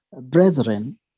brethren